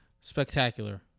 spectacular